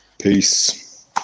Peace